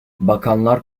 bakanlar